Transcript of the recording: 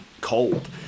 cold